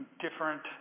different